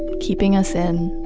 keeping us in,